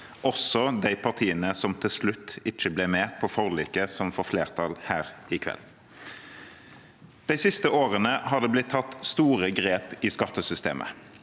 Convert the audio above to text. også de partiene som til slutt ikke ble med på forliket som får flertall her i kveld. De siste årene har det blitt tatt store grep i skattesystemet.